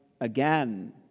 again